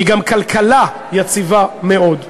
היא גם כלכלה יציבה מאוד.